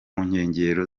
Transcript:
nkengero